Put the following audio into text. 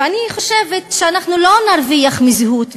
ואני חושבת שאנחנו לא נרוויח מזהות,